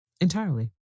Entirely